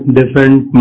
different